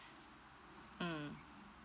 mm